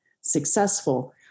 successful